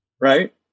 Right